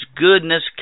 goodness